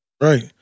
Right